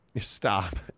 Stop